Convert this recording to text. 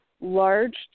large